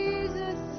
Jesus